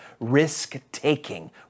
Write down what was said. risk-taking